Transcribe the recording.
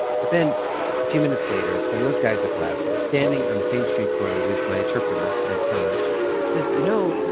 but then a few minutes later, when those guys have left, i'm standing on the same street corner with my interpreter, anton. he says, you know. you